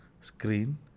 screen